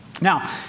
Now